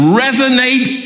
resonate